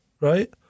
right